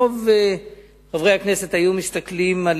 רוב חברי הכנסת היו מסתכלים על